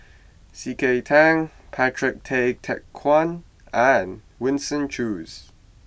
C K Tang Patrick Tay Teck Guan and Winston Choos